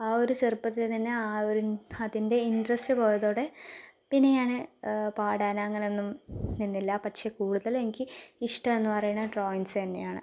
ആ ഒരു ചെറുപ്പത്തിൽ തന്നെ ആ ഒരു അതിന്റെ ഇൻട്രസ്റ്റ് പോയതോടെ പിന്നെ ഞാൻ പാടാൻ അങ്ങനെയൊന്നും നിന്നില്ല പക്ഷേ കൂടുതൽ എനിക്ക് ഇഷ്ടം എന്നു പറയുകയാണെങ്കിൽ ഡ്രോയിങ്സ് തന്നെയാണ്